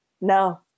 No